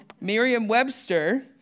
Merriam-Webster